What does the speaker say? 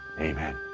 Amen